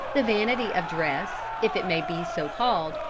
the vanity of dress, if it may be so called,